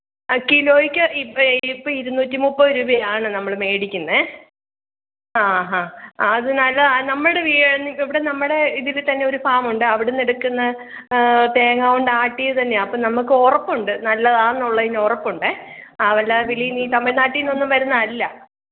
ആഹ് കിലോയ്ക്ക് ഇപ്പം ഇരുനൂറ്റി മുപ്പത് രൂപയാണ് നമ്മൾ വേടിക്കുന്നത് ആഹ് ഹാ അത് നല്ലതാ നമ്മുടെ ഇവിടെ നമ്മുടെ ഇതിൽത്തന്നെ ഒരു ഫാമ് ഉണ്ട് അവിടുന്ന് എടുക്കുന്ന തേങ്ങ കൊണ്ട് ആട്ടിയത് തന്നെയാണ് അപ്പം നമുക്ക് ഉറപ്പുണ്ട് നല്ലതാണ് എന്നുള്ളതിന് ഉറപ്പുണ്ടെ ആഹ് വല്ല വെളിയിൽനിന്ന് ഈ തമിഴ്നാട്ടിൽനിന്ന് ഒന്നും വരുന്നതല്ല